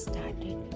Started